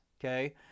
okay